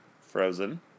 Frozen